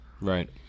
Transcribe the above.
Right